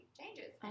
changes